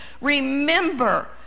remember